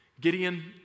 Gideon